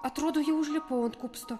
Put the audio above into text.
atrodo jau užlipau ant kupsto